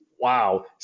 Wow